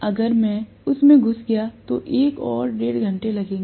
अगर मैं उसमें घुस गया तो एक और डेढ़ घंटे लगेंगे